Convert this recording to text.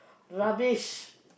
rubbish